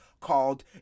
called